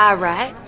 yeah right